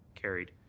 carried.